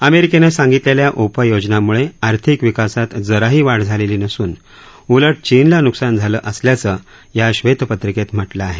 अमेरिकेनं सांगितलेल्या उपाययोजनांमुळे आर्थिक विकासात जराही वाढ झालेली नसून उलट चीनला नुकसान झालं असल्याचं या ब्वेतपत्रिकेत म्हटलं आहे